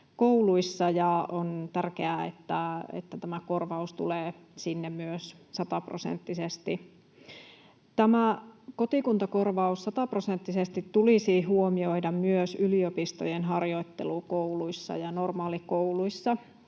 ja on tärkeää, että tämä korvaus tulee myös sinne sataprosenttisesti. Tämä kotikuntakorvaus sataprosenttisesti tulisi huomioida myös yliopistojen harjoittelukouluissa ja normaalikouluissa,